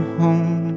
home